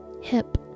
hip